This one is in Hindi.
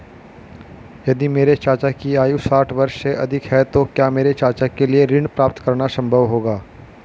यदि मेरे चाचा की आयु साठ वर्ष से अधिक है तो क्या मेरे चाचा के लिए ऋण प्राप्त करना संभव होगा?